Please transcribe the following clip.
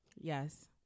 Yes